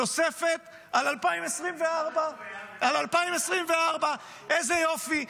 תוספת על 2024. איזה יופי.